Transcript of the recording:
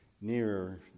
nearer